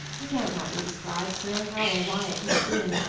i can't rightly describe, sir, how or why it could have been.